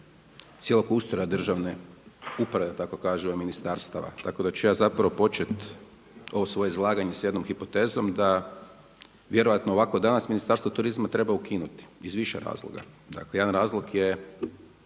cijelog ustroja državne uprave da tako kažem, ministarstava. Tako da ću ja zapravo početi ovo svoje izlaganje s jednom hipotezom da vjerojatno ovakvo danas Ministarstvo turizma treba ukinuti. Iz više razloga. Jedan razlog je